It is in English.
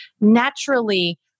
naturally